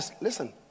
Listen